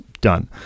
done